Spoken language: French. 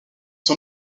son